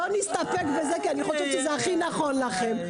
בוא נסתפק בזה כי אני חושב שזה הכי נכון לכם.